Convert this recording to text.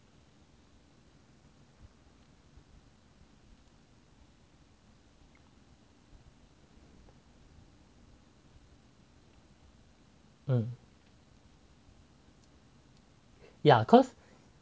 ya cause